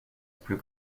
plus